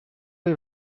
les